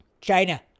China